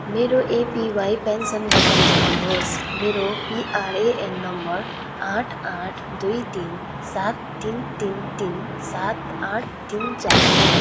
मेरो APY pension रकम देखाउनुहोस् मेरो पिआरएएन नम्बर आठ आठ दुई तिन सात तिन तिन तिन सात आठ तिन चार हो